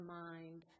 mind